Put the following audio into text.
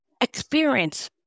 experience